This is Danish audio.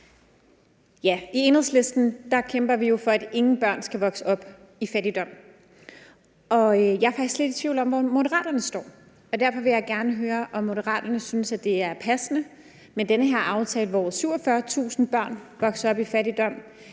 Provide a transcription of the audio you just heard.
I Enhedslisten kæmper vi jo for, at ingen børn skal vokse op i fattigdom. Og jeg er faktisk lidt i tvivl om, hvor Moderaterne står. Derfor vil jeg gerne høre, om Moderaterne synes, at det er passende med denne her aftale, hvor 47.000 børn vokser op i fattigdom,